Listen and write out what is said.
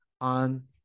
on